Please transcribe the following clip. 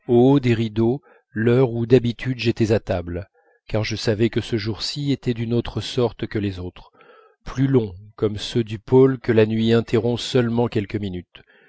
des rideaux l'heure où d'habitude j'étais à table car je savais que ce jour ci était d'une autre sorte que les autres plus long comme ceux du pôle que la nuit interrompt seulement quelques minutes